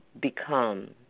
become